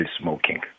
smoking